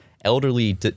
elderly